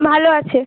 ভালো আছে